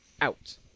out